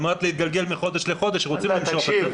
על מנת להתגלגל מחודש לחודש הם רוצים למשוך את זה.